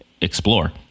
explore